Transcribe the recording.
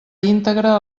íntegre